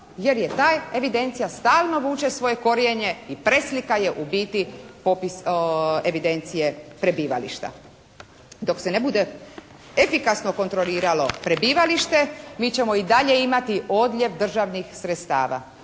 jer je ta evidencija stalno vuče svoje korijenje i preslika je u biti evidencije prebivališta. Dok se ne bude efikasno kontroliralo prebivalište mi ćemo i dalje imati odljev državnih sredstava